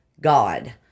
God